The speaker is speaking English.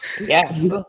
yes